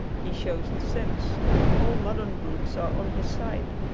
he shows his sense all modern books are on his side.